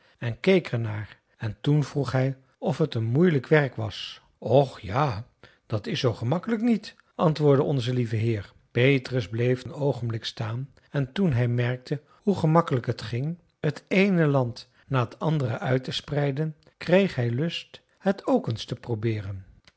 en keek er naar en toen vroeg hij of het een moeilijk werk was och ja dat is zoo gemakkelijk niet antwoordde onze lieve heer petrus bleef nog een oogenblik staan en toen hij merkte hoe gemakkelijk het ging het eene land na het andere uit te spreiden kreeg hij lust het ook eens te probeeren